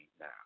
now